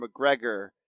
McGregor